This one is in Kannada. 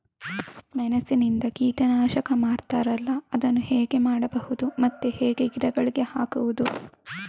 ಮೆಣಸಿನಿಂದ ಕೀಟನಾಶಕ ಮಾಡ್ತಾರಲ್ಲ, ಅದನ್ನು ಹೇಗೆ ಮಾಡಬಹುದು ಮತ್ತೆ ಹೇಗೆ ಗಿಡಗಳಿಗೆ ಹಾಕುವುದು?